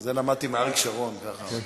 את זה למדתי מאריק שרון, ככה להקשיב.